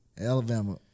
Alabama